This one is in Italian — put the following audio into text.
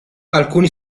alcuni